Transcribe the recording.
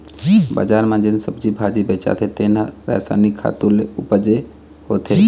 बजार म जेन सब्जी भाजी बेचाथे तेन ह रसायनिक खातू ले उपजे होथे